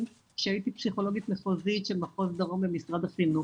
כשהייתי פסיכולוגית מחוזית במחוז דרום של משרד החינוך.